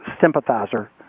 sympathizer